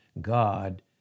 God